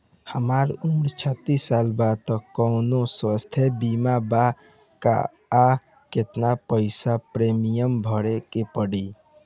हमार उम्र छत्तिस साल बा त कौनों स्वास्थ्य बीमा बा का आ केतना पईसा प्रीमियम भरे के पड़ी?